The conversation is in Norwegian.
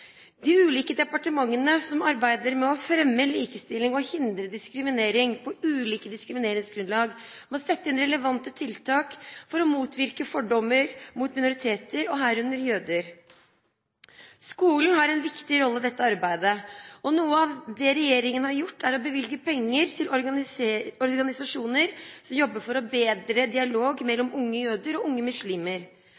De ulike departementene som arbeider med å fremme likestilling og hindre diskriminering på ulike diskrimineringsgrunnlag, må sette inn relevante tiltak for å motvirke fordommer mot minoriteter, herunder jøder. Skolen har en viktig rolle i dette arbeidet. Noe av det regjeringen har gjort, er å bevilge penger til organisasjoner som jobber for bedre dialog